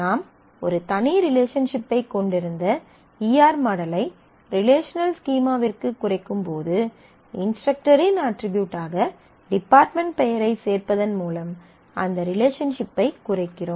நாம் ஒரு தனி ரிலேஷன்ஷிப்பைக் கொண்டிருந்த ஈ ஆர் மாடலை ரிலேஷனல் ஸ்கீமாவிற்கு குறைக்கும்போது இன்ஸ்டரக்டரின் அட்ரிபியூட்டாக டிபார்ட்மென்ட் பெயரைச் சேர்ப்பதன் மூலம் அந்த ரிலேஷன்ஷிப்பைக் குறைக்கிறோம்